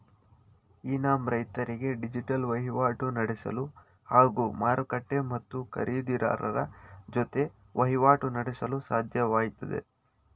E NAM ರೈತರಿಗೆ digital ವಹಿವಾಟು ನಡೆಸಲು ಹಾಗೂ ಮಾರುಕಟ್ಟೆ ಮತ್ತು ಖರೀದಿರಾರರ ಜೊತೆ ವಹಿವಾಟು ನಡೆಸಲು ಸಾಧ್ಯವಾಗ್ತಿದೆ